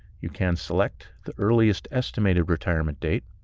you can select the earliest estimated retirement date.